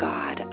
God